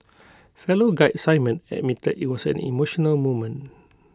fellow guide simon admitted IT was an emotional moment